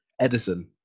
Edison